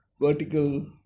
vertical